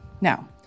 Now